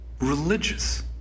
religious